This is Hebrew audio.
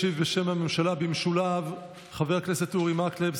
ישיב בשם הממשלה במשולב חבר הכנסת אורי מקלב,